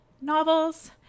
novels